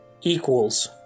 equals